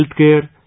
healthcare